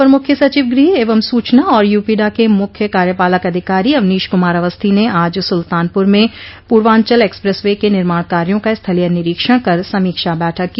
अपर मुख्य सचिव गृह एवं सूचना और यूपीडा के मुख्य कार्यपालक अधिकारी अवनीश कुमार अवस्थी ने आज सुल्तानपुर में पूर्वांचल एक्सप्रेस वे के निर्माण कार्यो का स्थलीय निरीक्षण कर समीक्षा बैठक की